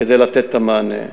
כדי לתת את המענה.